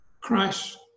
Christ